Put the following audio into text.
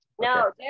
No